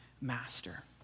master